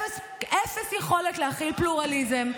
אפס יכולת להכיל פלורליזם.